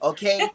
Okay